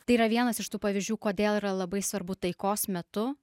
tai yra vienas iš tų pavyzdžių kodėl yra labai svarbu taikos metu